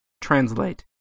translate